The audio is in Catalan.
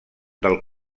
del